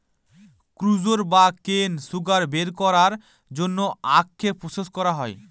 sucrose বা কেন sugar বের করার জন্য আখকে প্রসেস করা হয়